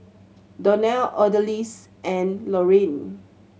Donell Odalys and Laureen